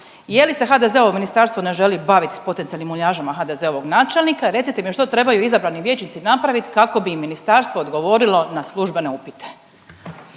Je li se HDZ-ovo ministarstvo ne želi baviti s potencijalnim muljažama HDZ-ovog načelnika, recite mi, što trebaju izabrani vijećnici napraviti kako bi im ministarstvo odgovorilo na službene upite?